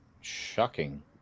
Shocking